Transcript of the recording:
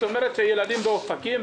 כלומר שילדים באופקים,